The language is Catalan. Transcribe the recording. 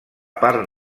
part